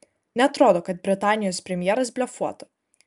neatrodo kad britanijos premjeras blefuotų